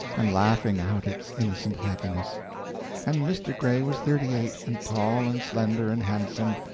and laughing out its innocent happiness and mr. gray was thirty-eight, and tall and slender and handsome,